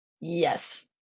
Yes